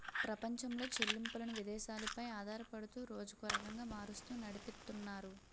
ప్రపంచంలో చెల్లింపులను విదేశాలు పై ఆధారపడుతూ రోజుకో రకంగా మారుస్తూ నడిపితున్నారు